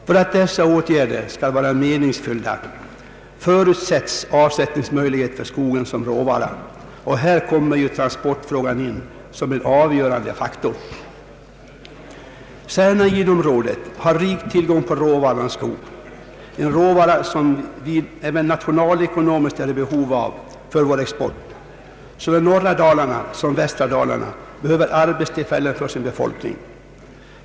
För att dessa åtgärder skall vara meningsfyllda förutsätts avsättningsmöjligheter för skogen som råvara, och här kommer ju transportfrågan in som en avgörande faktor. Särna—Idre-området har rik tillgång på råvara som skogen utgör, en råvara som vi även nationalekonomiskt är i behov av för vår export. Såväl norra Dalarna som västra Dalarna behöver arbetstillfällen för sin befolkning.